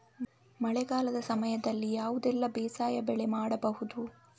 ಮಳೆಗಾಲದ ಸಮಯದಲ್ಲಿ ಯಾವುದೆಲ್ಲ ಬೇಸಾಯ ಬೆಳೆ ಮಾಡಬಹುದು?